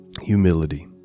Humility